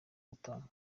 gutanga